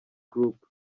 group